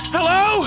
Hello